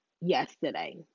Yesterday